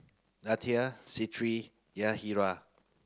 Litha Crete Yahaira